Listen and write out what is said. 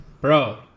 Bro